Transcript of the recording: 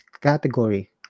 category